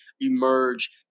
emerge